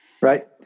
right